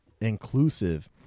inclusive